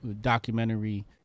documentary